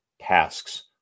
tasks